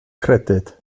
credyd